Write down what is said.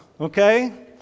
Okay